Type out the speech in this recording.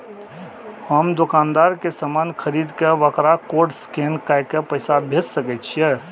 हम दुकानदार के समान खरीद के वकरा कोड स्कैन काय के पैसा भेज सके छिए?